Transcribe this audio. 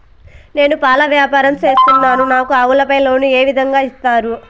నేను పాల వ్యాపారం సేస్తున్నాను, నాకు ఆవులపై లోను ఏ విధంగా ఇస్తారు